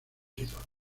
ídolos